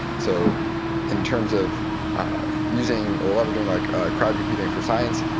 so in terms of using, or leveraging like a crowd repeating for science,